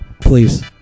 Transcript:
please